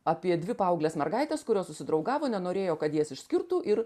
apie dvi paaugles mergaites kurios susidraugavo nenorėjo kad jas išskirtų ir